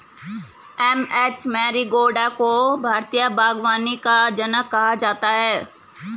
M H Marigowda को भारतीय बागवानी का जनक कहा जाता है